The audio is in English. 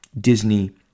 Disney